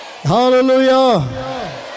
Hallelujah